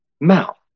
mouth